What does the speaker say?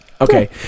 Okay